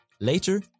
later